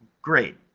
great!